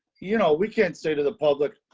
you know, we can say to the public.